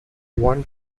one